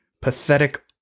pathetic